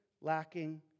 lacking